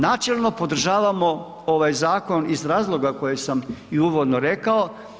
Načelno podržavamo ovaj zakon iz razloga koje sam i uvodno rekao.